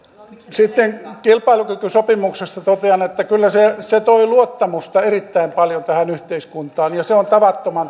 sitten kilpailukykysopimuksesta totean että kyllä se se toi luottamusta erittäin paljon tähän yhteiskuntaan ja se on tavattoman